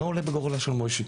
מה עלה בגורלו של מויישי.